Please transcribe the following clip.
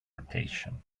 rotation